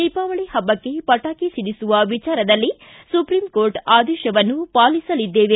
ದೀಪಾವಳಿ ಪಬ್ಲಕ್ಷೆ ಪಟಾಕಿ ಸಿಡಿಸುವ ವಿಚಾರದಲ್ಲಿ ಸುಪ್ರಿಂಕೋರ್ಟ್ ಆದೇಶವನ್ನು ಪಾಲಿಸಲಿದ್ದೇವೆ